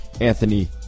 anthony